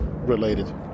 related